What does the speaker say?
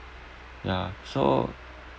ya so